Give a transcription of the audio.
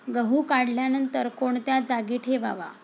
गहू काढल्यानंतर कोणत्या जागी ठेवावा?